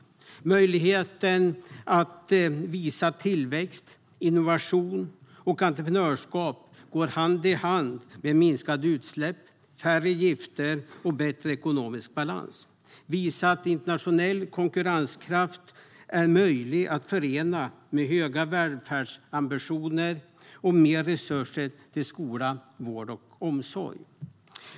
Det handlar om möjligheter att visa att tillväxt, innovation och entreprenörskap går hand i hand med minskade utsläpp, färre gifter och bättre ekonomisk balans. Vi ska visa att internationell konkurrenskraft är möjlig att förena med höga välfärdsambitioner och mer resurser till skola, vård och omsorg.